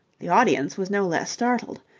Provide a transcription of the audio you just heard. the audience was no less startled.